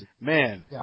Man